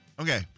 Okay